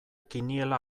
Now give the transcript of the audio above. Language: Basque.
kiniela